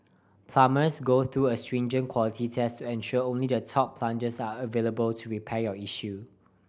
plumbers go through a stringent quality test to ensure only the top plumbers are available to repair your issue